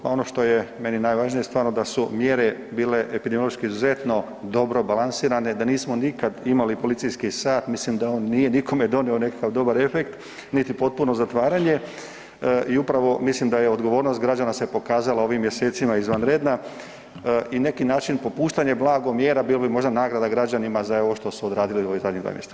Ma ono što je meni najvažnije je stvarno da su mjere bile epidemiološki izuzetno dobro balansirane, da nismo nikada imali policijski sat, mislim da on nije nikome donio nekakav dobar efekt, niti potpuno zatvaranje i upravo mislim da je odgovornost građana se pokazala u ovim mjesecima izvanredna i neki način popuštanje blago mjera bilo bi možda nagrada građanima za ovo što su odradili u ovih zadnjih 2 mjeseca.